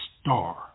star